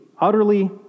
Utterly